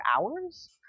hours